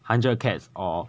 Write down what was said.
hundred cats or